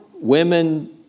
women